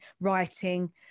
writing